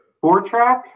four-track